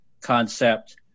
concept